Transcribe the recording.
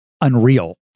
unreal